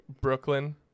Brooklyn